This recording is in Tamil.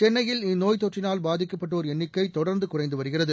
சென்னையில் இந்நோய்த் தொற்றினால் பாதிக்கப்படுவோர் எண்ணிக்கை தொடர்ந்து குறைந்து வருகிறது